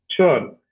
Sure